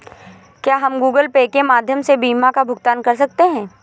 क्या हम Google Pay के माध्यम से बीमा का भुगतान कर सकते हैं?